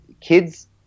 kids